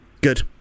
Good